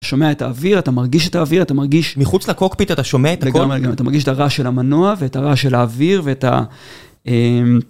אתה שומע את האוויר, אתה מרגיש את האוויר, אתה מרגיש... מחוץ לקוקפיט אתה שומע את הכול? לגמרי, אתה מרגיש את הרעש של המנוע ואת הרעש של האוויר ואת ה...